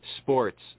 sports